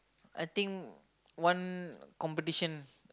I think one competition